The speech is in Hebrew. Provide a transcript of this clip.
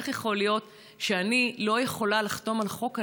איך יכול להיות שאני לא יכולה לחתום על חוק הלאום?